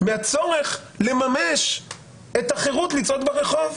מהצורך לממש את החירות לצעוד ברחוב.